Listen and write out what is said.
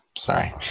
Sorry